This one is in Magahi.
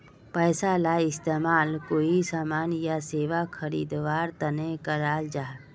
पैसाला इस्तेमाल कोए सामान या सेवा खरीद वार तने कराल जहा